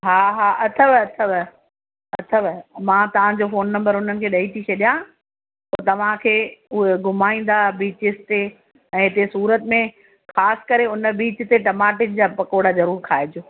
हा हा अथव अथव अथव मां तव्हां जो फोन नम्बर उन्हनि खे ॾेई थी छॾियां पोइ तव्हांखे उहे घुमाईंदा बीचिस ते ऐं हिते सूरत में ख़ासि करे उन बीच ते टमाटे जा पकोड़ा ज़रूरु खाइजो